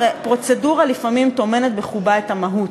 הרי פרוצדורה לפעמים טומנת בחובה את המהות.